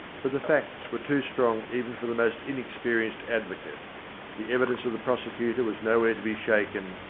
but the facts were too strong even for the most inexperienced advocate the evidence of the prosecutor was nowhere to be shaken,